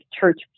church